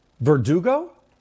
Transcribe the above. Verdugo